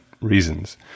reasons